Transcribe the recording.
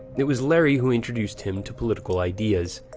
it was larry who introduced him to political ideas.